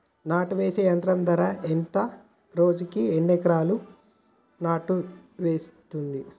నాటు వేసే యంత్రం ధర ఎంత రోజుకి ఎన్ని ఎకరాలు నాటు వేస్తుంది?